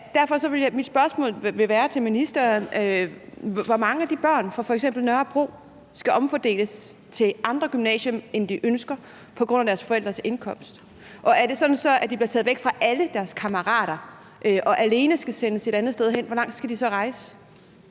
Derfor vil mit spørgsmål til ministeren være: Hvor mange af de børn fra f.eks. Nørrebro skal omfordeles til andre gymnasier end dem, de ønsker, på grund af deres forældres indkomst? Og er det sådan, at de bliver taget væk fra alle deres kammerater og alene skal sendes et andet sted hen, og hvor langt skal de så rejse?